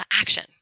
action